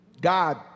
God